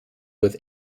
with